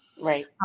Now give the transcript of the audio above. Right